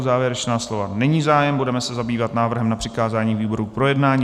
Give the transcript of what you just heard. O závěrečná slova není zájem, budeme se zabývat návrhem na přikázání výboru k projednání.